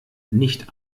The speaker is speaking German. nicht